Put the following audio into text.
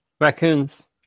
raccoons